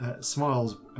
smiles